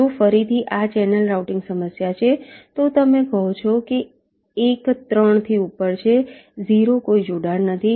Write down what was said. જો ફરીથી આ ચેનલ રાઉટિંગ સમસ્યા છે તો તમે કહો છો કે એક 3 થી ઉપર છે 0 કોઈ જોડાણ નથી